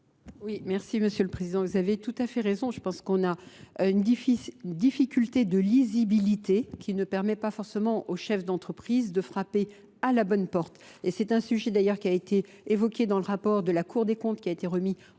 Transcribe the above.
Oui, merci Monsieur le Président. Vous avez tout à fait raison. Je pense qu'on a une difficulté de lisibilité qui ne permet pas forcément aux chefs d'entreprise de frapper à la bonne porte. Et c'est un sujet d'ailleurs qui a été évoqué dans le rapport de la Cour des comptes, qui a été remis en juin